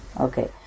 Okay